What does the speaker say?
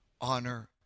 honor